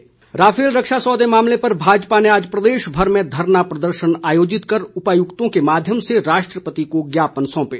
Rafale Bhajpa Rafale रक्षा सौदे मामले पर भाजपा ने आज प्रदेशभर में धरना प्रदर्शन आयोजित कर उपायुक्तों के माध्यम से राष्ट्रपति को ज्ञापन सौंपे